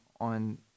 on